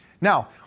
Now